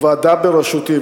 הוועדה בראשותי,